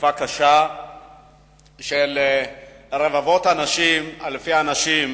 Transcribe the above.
בתקופה קשה שבה רבבות אנשים, אלפי אנשים,